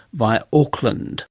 via auckland